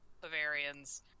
Bavarians